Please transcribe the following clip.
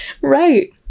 Right